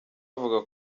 avuga